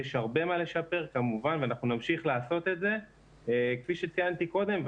יש הרבה מה לשפר ואנחנו נמשיך לעשות את זה כפי שציינתי קודם.